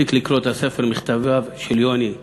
הספיק לקרוא את הספר "מכתבי יוני"